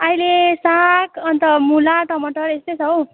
अहिले साग अन्त मुला टमाटर यस्तै छ हौ